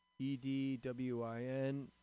E-D-W-I-N